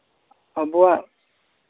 ᱟᱵᱚᱣᱟᱜ